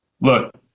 look